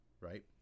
right